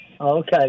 Okay